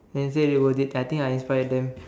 then say they will they I think I inspired them